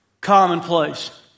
commonplace